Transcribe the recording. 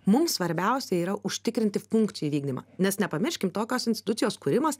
mums svarbiausia yra užtikrinti funkcijų vykdymą nes nepamirškim tokios institucijos kūrimas